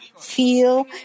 feel